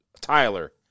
Tyler